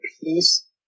peace